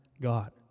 God